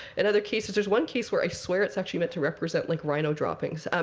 in other cases there's one case where, i swear, it's actually meant to represent like rhino droppings. ah